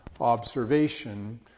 observation